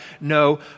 no